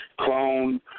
clone